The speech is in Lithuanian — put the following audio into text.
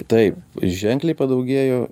taip ženkliai padaugėjo